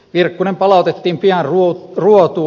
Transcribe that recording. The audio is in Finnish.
virkkunen palautettiin pian ruotuun